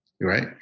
Right